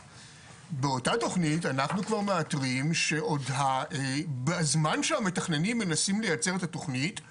באותה תכנית אנחנו כבר מאתרים שבזמן שהמתכננים מנסים ליצר את התכנית אם